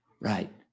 Right